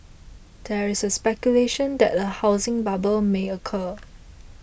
there is a speculation that a housing bubble may occur